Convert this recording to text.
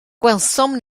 gwelsom